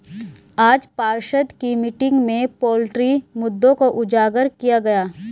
आज पार्षद की मीटिंग में पोल्ट्री मुद्दों को उजागर किया गया